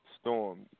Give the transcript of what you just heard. storm